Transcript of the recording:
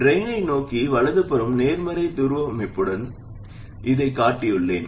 drain நோக்கி வலதுபுறம் நேர்மறை துருவமுனைப்புடன் இதைக் காட்டியுள்ளேன்